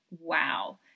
wow